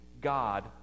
God